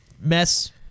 mess